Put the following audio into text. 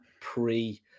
pre